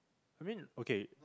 I mean okay